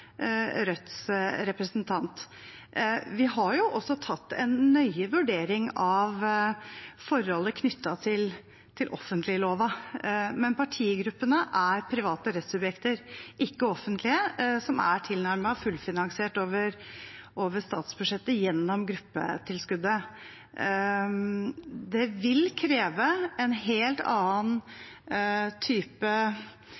Rødts representant sa. Vi har også tatt en nøye vurdering av forholdet knyttet til offentleglova, men partigruppene er private rettssubjekter, ikke offentlige, som er tilnærmet fullfinansiert over statsbudsjettet gjennom gruppetilskuddet. Det vil kreve en helt